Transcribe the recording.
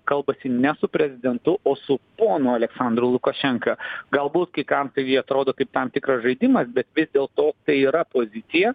kalbasi ne su prezidentu o su ponu aleksandru lukašenka galbūt kai kam tai atrodo kaip tam tikras žaidimas bet vis dėlto tai yra pozicija